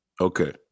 Okay